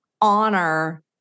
honor